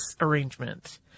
arrangement